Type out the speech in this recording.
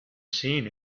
seen